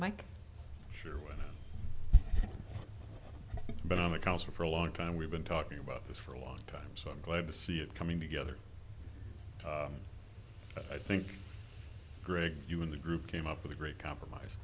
mike sure been on the council for a long time we've been talking about this for a long time so i'm glad to see it coming together but i think greg you in the group came up with a great compromise